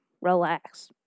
relax